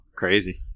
Crazy